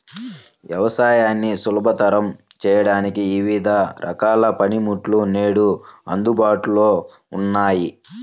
వ్యవసాయాన్ని సులభతరం చేయడానికి వివిధ రకాల పనిముట్లు నేడు అందుబాటులో ఉన్నాయి